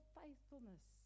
faithfulness